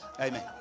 amen